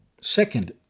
Second